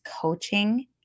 coaching